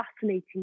fascinating